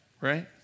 right